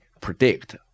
predict